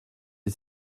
des